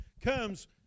comes